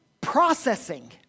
processing